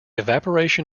evaporation